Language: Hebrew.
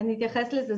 כן אני אתייחס לזה.